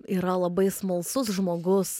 yra labai smalsus žmogus